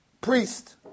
priest